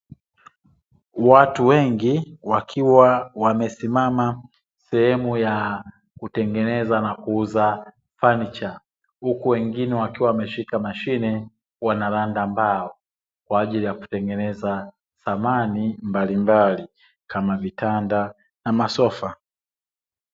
Watu wengi wakiwa wamesimama sehemu ya kutengeneza na kuuza fanicha, huku wengine wakiwa wameshika mashine wanaranda mbao kwa ajili ya kutengeneza samani mbalimbali, kama vitanda na masofa.